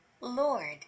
Lord